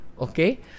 okay